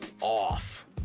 off